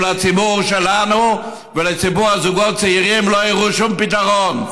אם לציבור שלנו ולציבור הזוגות הצעירים לא יראו שום פתרון.